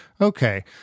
Okay